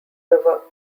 river